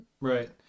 Right